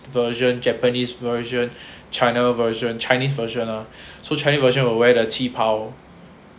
version japanese version china version chinese version lah so chinese version will wear the 旗袍